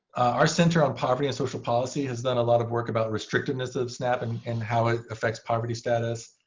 our center on poverty and social policy has done a lot of work about restrictiveness of snap and and how it affects poverty status.